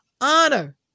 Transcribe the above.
honor